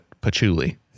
Patchouli